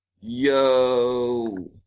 Yo